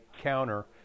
counter